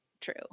true